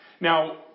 Now